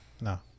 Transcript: no